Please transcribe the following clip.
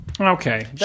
Okay